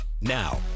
Now